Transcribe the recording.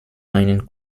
einen